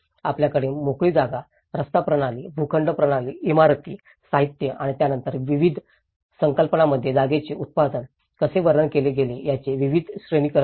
आपल्याकडे मोकळी जागा रस्ता प्रणाली भूखंड प्रणाली इमारती साहित्य आणि त्यानंतर विविध संकल्पनांमध्ये जागेचे उत्पादन कसे वर्णन केले गेले याचे विविध श्रेणीकरण आहे